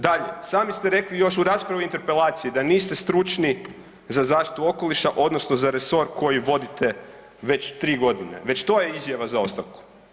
Dalje, sami ste rekli još u raspravi o interpelaciji da niste stručni za zaštitu okoliša odnosno za resor koji vodite već tri godine, već to je izjava za ostavku.